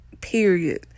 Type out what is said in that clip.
period